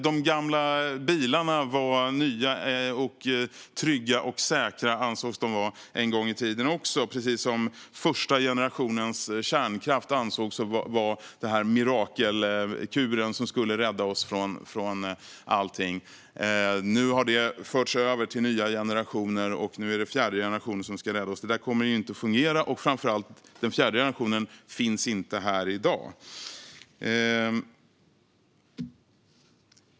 De gamla bilarna var också nya och ansågs trygga och säkra en gång i tiden, precis som första generationens kärnkraft ansågs vara den mirakelkur som skulle rädda oss från allting. Sedan har det förts över till nya generationer, och nu är det fjärde generationen som ska rädda oss. Det där kommer inte att fungera. Och framför allt: Den fjärde generationen finns inte här i dag.